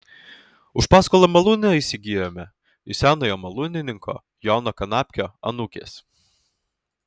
už paskolą malūną įsigijome iš senojo malūnininko jono kanapkio anūkės